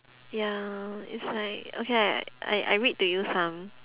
ya it's like okay I I I read to you some